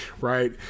right